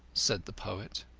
said the poet.